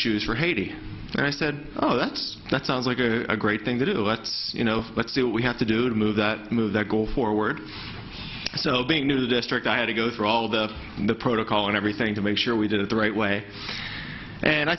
haiti and i said oh that's that sounds like a great thing to do but you know let's do what we have to do to move that move there go forward so being a new district i had to go through all the the protocol and everything to make sure we did it the right way and i